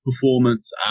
performance